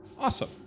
Awesome